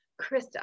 Krista